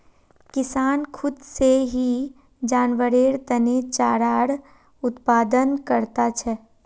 किसान खुद से ही जानवरेर तने चारार उत्पादन करता छे